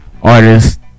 Artist